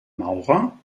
maurer